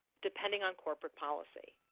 depending on corporate policy.